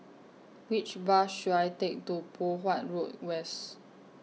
Which Bus should I Take to Poh Huat Road West